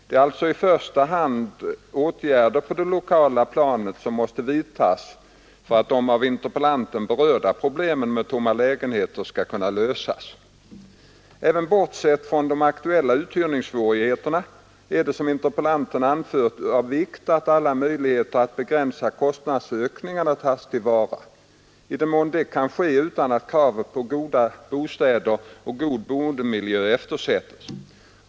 Det är alltså i första hand åtgärder på det lokala planet som måste vidtas för att de av interpellanten berörda problemen med tomma lägenheter skall kunna lösas. Även bortsett från de aktuella uthyrningssvårigheterna är det, som interpellanten anför, av vikt att alla möjligheter att begränsa kostnadsökningarna tas till vara, i den mån det kan ske utan att kraven på goda bostäder och god boendemiljö eftersätts.